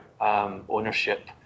ownership